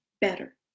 better